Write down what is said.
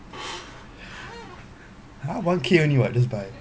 ya one K only what just buy